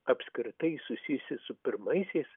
apskritai susijusi su pirmaisiais